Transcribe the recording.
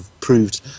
proved